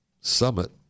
summit